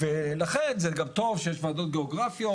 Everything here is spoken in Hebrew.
ולכן זה גם טוב שיש ועדות גיאוגרפיות,